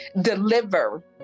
deliver